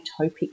atopic